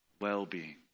well-being